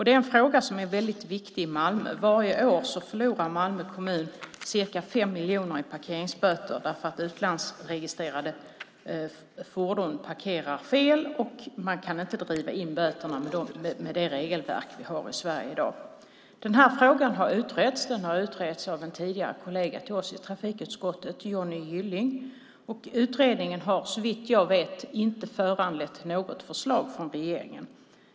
Det är en fråga som är väldigt viktig i Malmö. Varje år förlorar Malmö kommun ca 5 miljoner i parkeringsböter därför att utlandsregistrerade fordon parkerar fel och man inte kan driva in böterna med det regelverk vi har i Sverige i dag. Den här frågan har utretts av en tidigare kollega till oss i trafikutskottet, Johnny Gylling. Utredningen har såvitt jag vet inte föranlett något förslag från regeringen.